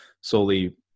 solely